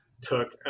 took